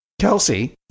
Kelsey